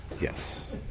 yes